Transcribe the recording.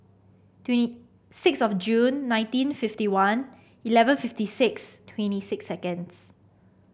twenty six of June nineteen fifty one eleven fifty six twenty six seconds